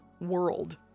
world